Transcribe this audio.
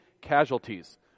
casualties